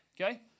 okay